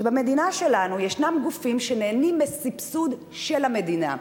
שבמדינה שלנו ישנם גופים שנהנים מסבסוד של המדינה,